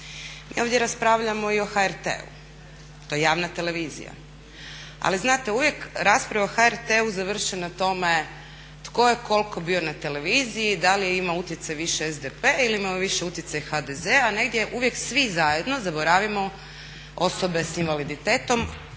I ovdje raspravljamo i o HRT-u, to je javna televizija. Ali znate uvijek rasprave o HRT-u završe na tome tko je koliko bio na televiziji, da li je imao utjecaj više SDP ili je imao više HDZ, a negdje uvijek svi zajedno zaboravimo osobe sa invaliditetom.